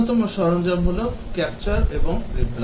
অন্যতম সরঞ্জাম হল capture এবং replay